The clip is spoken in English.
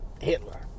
Hitler